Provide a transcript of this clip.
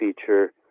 feature